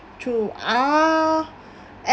true ah